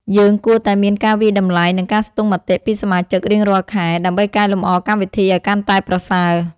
យើងគួរតែមានការវាយតម្លៃ និងការស្ទង់មតិពីសមាជិកជារៀងរាល់ខែ ដើម្បីកែលម្អកម្មវិធីឱ្យកាន់តែប្រសើរ។